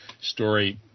story